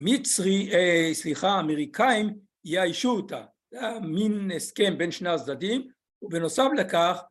‫מצרי, סליחה, אמריקאים יאיישו אותה, ‫זה היה מין הסכם בין שני הצדדים, ‫ובנוסף לכך...